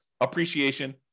appreciation